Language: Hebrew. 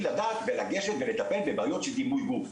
לדעת ולגשת ולטפל בבעיות של דימוי גוף,